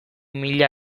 mila